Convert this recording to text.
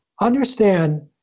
Understand